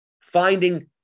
finding